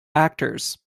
actors